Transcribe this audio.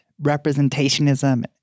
representationism